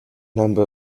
number